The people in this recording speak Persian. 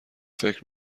فکر